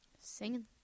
Singing